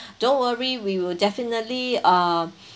don't worry we will definitely uh